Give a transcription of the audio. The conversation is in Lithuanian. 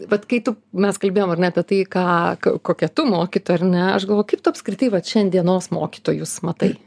vat kai tu mes kalbėjom ar ne apie tai ką kokia tu mokytoja ar ne aš galvoju kaip tu apskritai vat šiandienos mokytojus matai